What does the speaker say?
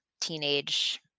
teenage